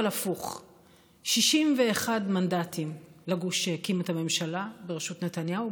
אבל הפוך: 61 מנדטים לגוש שהקים את הממשלה בראשות נתניהו,